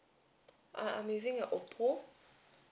err I'm using a Oppo